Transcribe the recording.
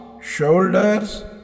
shoulders